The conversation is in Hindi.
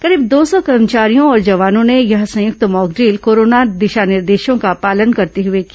करीब दो सौ कर्मचारियों और जवानों ने यह संयुक्त मॉकड़िल कोरोना दिशा निर्देशों का पालन करते हुए की